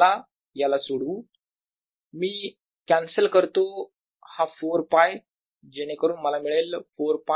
चला याला सोडवू यात मी कॅन्सल करतो हा 4 π जेणेकरून मला मिळेल 4 π